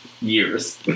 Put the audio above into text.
Years